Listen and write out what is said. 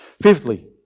Fifthly